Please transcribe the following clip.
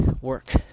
work